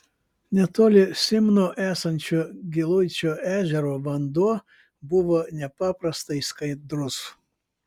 netoli simno esančio giluičio ežero vanduo buvo nepaprastai skaidrus